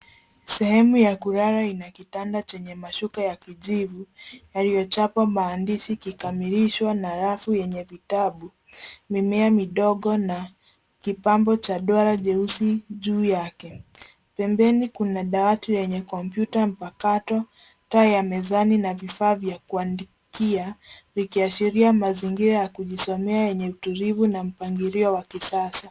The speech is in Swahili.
Sehemu ya kulala ina kitanda chenye mashuka ya kijivu yaliyochapwa maandishi kikamilishwa na rafu yenye vitabu mimea midogo na kipambo cha duara jeusi juu yake. Pembeni kuna dawati lenye kompyuta mpakato, taa ya mezani na vifaa vya kuandikia vikiashiria mazingira ya kujisomea yenye utulivu na mpangilio wa kisasa.